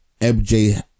MJ